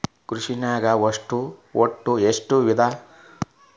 ಕೃಷಿನಾಗ್ ಒಟ್ಟ ಎಷ್ಟ ವಿಧ?